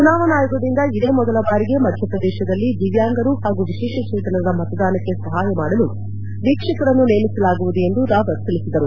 ಚುನಾವಣಾ ಆಯೋಗದಿಂದ ಇದೇ ಮೊದಲ ಬಾರಿಗೆ ಮಧ್ಯಪ್ರದೇಶದಲ್ಲಿ ದಿವ್ಯಾಂಗರು ಹಾಗೂ ವಿಶೇಷಚೇತನರ ಮತದಾನಕ್ಕೆ ಸಹಾಯ ಮಾಡಲು ವೀಕ್ಷಕರನ್ನು ನೇಮಿಸಲಾಗುವುದು ಎಂದು ರಾವತ್ ತಿಳಿಸಿದರು